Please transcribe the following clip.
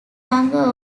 younger